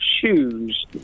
Shoes